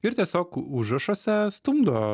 ir tiesiog užrašuose stumdo